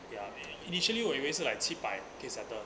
ya maybe initially 我以为是 like 七百可以 settle